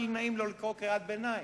ולא היה נעים לי לקרוא קריאת ביניים.